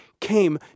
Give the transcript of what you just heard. came